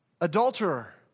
adulterer